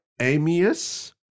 Amius